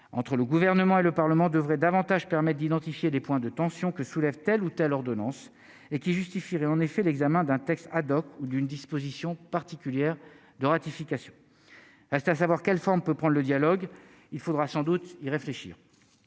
entre le gouvernement et le Parlement devrait davantage permettent d'identifier des points de tension que soulève telle ou telle ordonnance et qui justifierait en effet l'examen d'un texte ad-hoc ou d'une disposition particulière de ratification, restait à savoir quelle forme peut prendre le dialogue, il faudra sans doute y réfléchir